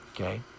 okay